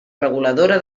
reguladora